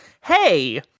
Hey